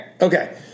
Okay